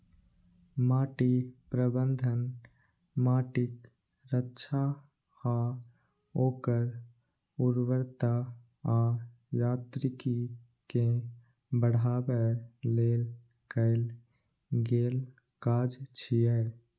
माटि प्रबंधन माटिक रक्षा आ ओकर उर्वरता आ यांत्रिकी कें बढ़ाबै लेल कैल गेल काज छियै